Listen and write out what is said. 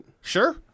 Sure